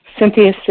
Cynthia